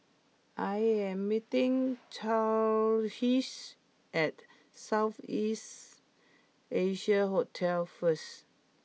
I am meeting Charisse at South East Asia Hotel first